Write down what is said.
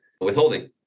withholding